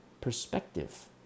perspective